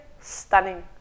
stunning